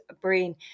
brain